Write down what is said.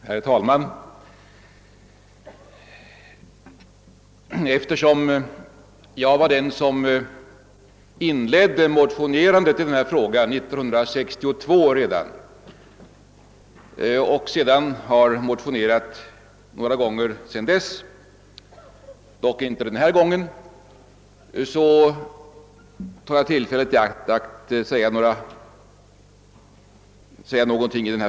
Herr talman! Eftersom jag var den som inledde motionerandet i denna fråga redan 1962 och har motionerat många gånger sedan dess — dock inte i år — tar jag tillfället i akt att säga några ord.